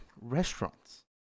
restaurants